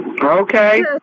Okay